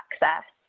access